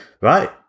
right